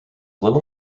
little